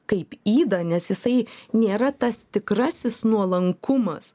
kaip ydą nes jisai nėra tas tikrasis nuolankumas